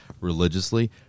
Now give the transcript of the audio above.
religiously